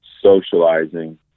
socializing